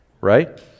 right